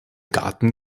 garten